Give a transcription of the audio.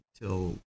till